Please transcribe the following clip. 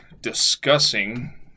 discussing